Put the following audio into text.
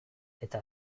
eta